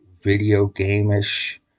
video-game-ish